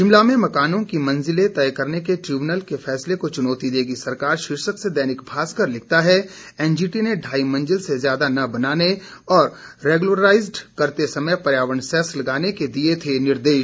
शिमला में मकानों की मंजिले तय करने के ट्रिब्यूनल के फैसले को चुनौती देगी सरकार शीर्षक से दैनिक भास्कर लिखता है एनजीटी ने ढाई मंजिल से ज्यादा न बनाने और रेगुलराइजड करते समय पर्यावरण सेस लगाने के लिए थे निर्देश